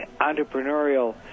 entrepreneurial